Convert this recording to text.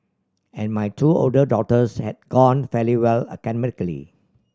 and my two older daughters had gone fairly well academically